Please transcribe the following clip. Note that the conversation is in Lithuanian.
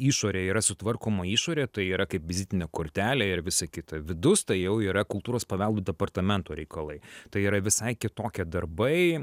išorė yra sutvarkoma išorė tai yra kaip vizitinė kortelė ir visa kita vidus tai jau yra kultūros paveldo departamento reikalai tai yra visai kitokie darbai